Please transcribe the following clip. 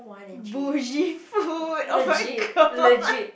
bougie food oh-my-god